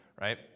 right